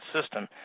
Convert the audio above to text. system